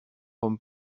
homme